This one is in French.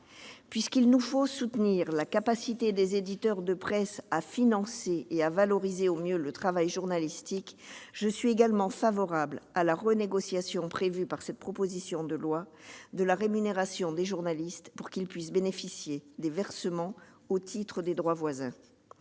Puisqu'il nous faut soutenir la capacité des éditeurs de presse à financer et à valoriser au mieux le travail journalistique, je suis également favorable à la renégociation, prévue par cette proposition de loi, de la rémunération des journalistes, pour qu'ils puissent bénéficier des versements au titre des droits voisins.